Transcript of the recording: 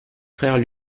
frères